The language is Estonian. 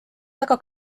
väga